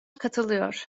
katılıyor